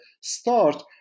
start